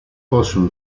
possono